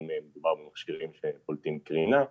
אם מדובר במכשירים שפולטים קרינה,